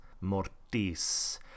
Mortis